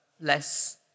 less